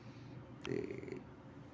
ते